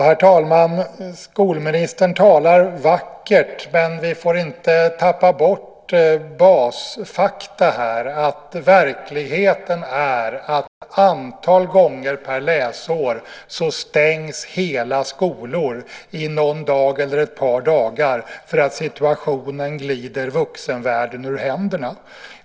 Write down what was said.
Herr talman! Skolministern talar vackert, men vi får inte tappa bort basfakta: Verkligheten är att ett antal gånger per läsår stängs hela skolor i en eller ett par dagar för att situationen glider vuxenvärlden ur händerna.